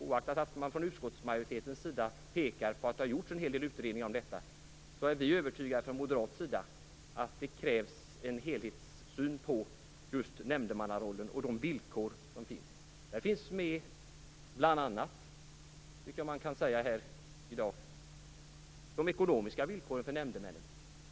Oaktat att utskottet pekar på att det har gjorts en hel del utredningar om detta är vi från moderat sida övertygade om att det krävs en helhetssyn på just nämndemannarollen och de villkor som finns. Där finns bl.a. frågan om de ekonomiska villkoren för nämndemännen.